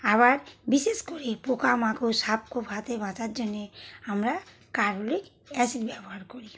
আবার বিশেষ করে পোকামাকড় সাপখোপ হাতে বাঁচার জন্যে আমরা কার্বলিক অ্যাসিড ব্যবহার করি